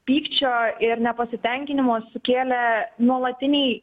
pykčio ir nepasitenkinimo sukėlė nuolatiniai